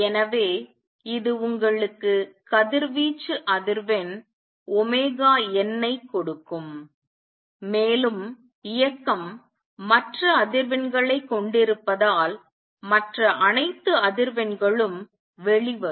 எனவே இது உங்களுக்கு கதிர்வீச்சு அதிர்வெண் ஒமேகா n ஐ கொடுக்கும் மேலும் இயக்கம் மற்ற அதிர்வெண்களைக் கொண்டிருப்பதால் மற்ற அனைத்து அதிர்வெண்களும் வெளிவரும்